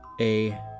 A-